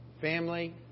family